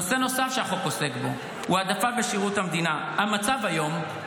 נושא נוסף שהחוק עוסק בו הוא העדפה בשירות המדינה: המצב היום,